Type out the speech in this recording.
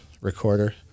recorder